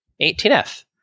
18F